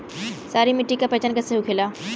सारी मिट्टी का पहचान कैसे होखेला?